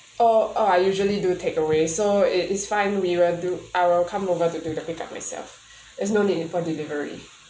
oh uh I usually do take away so it is fine we will do I will come over to do the pick up myself is no need for delivery